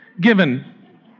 given